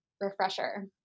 refresher